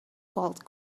gold